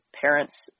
parents